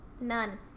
None